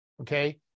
okay